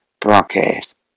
broadcast